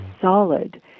solid